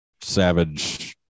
Savage